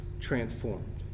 transformed